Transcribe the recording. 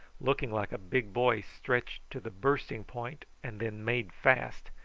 looking like a big boy stretched to the bursting point and then made fast.